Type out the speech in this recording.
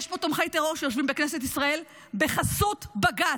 יש פה תומכי טרור שיושבים בכנסת ישראל בחסות בג"ץ.